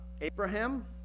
Abraham